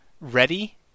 ready